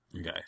okay